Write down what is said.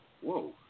Whoa